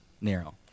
narrow